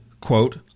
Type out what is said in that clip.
quote